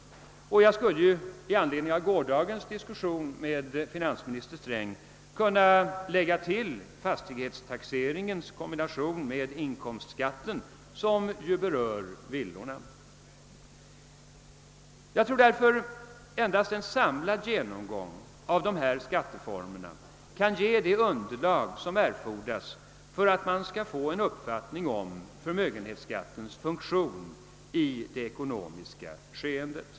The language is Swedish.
Jag skulle, i anledning av gårdagens diskussion med finansminister Sträng, kunna lägga till fastighetstaxeringens kombination med inkomstskatten som ju berör villaägarna. Jag tror därför att endast en samlad genomgång av skatteformerna kan ge det underlag som erfordras för att man skall få en uppfattning om förmögenhetsskattens funktion i det ekonomiska skeendet.